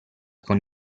con